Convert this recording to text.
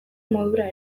modura